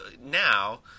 Now